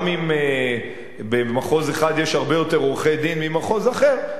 אם במחוז אחד יש הרבה יותר עורכי-דין מבמחוז אחר,